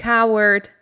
Coward